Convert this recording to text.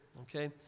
okay